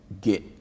get